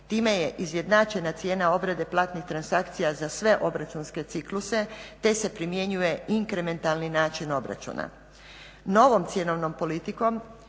Time je izjednačena cijena obrade platnih transakcija za sve obračunske cikluse te se primjenjuje inkrementalni način obračuna. Novom cjenovnom politikom